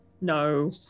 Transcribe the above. No